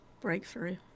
breakthrough